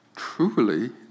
Truly